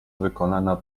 wykonana